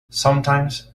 sometimes